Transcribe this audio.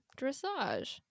dressage